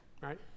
right